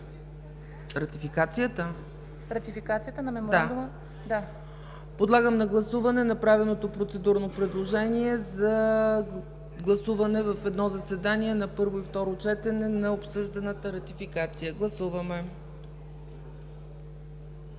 точки? Ратификацията? Да. Подлагам на гласуване направеното процедурно предложение за гласуване в едно заседание на първо и второ четене на обсъжданата ратификация. Гласували